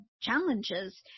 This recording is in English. challenges